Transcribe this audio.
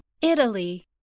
Italy